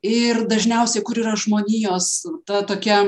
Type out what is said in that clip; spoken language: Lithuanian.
ir dažniausiai kur yra žmonijos ta tokia